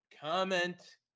comment